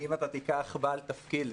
אם תיקח בעל תפקיד,